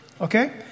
okay